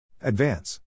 Advance